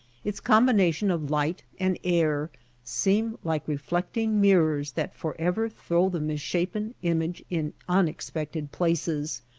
its combination of light and air seem like reflecting mirrors that forever throw the misshapen image in unex pected places,